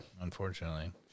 Unfortunately